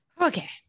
Okay